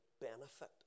benefit